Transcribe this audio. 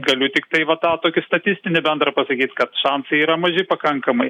galiu tiktai va tą tokį statistinį bendrą pasakyt kad šansai yra maži pakankamai